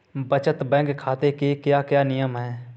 बचत बैंक खाते के क्या क्या नियम हैं?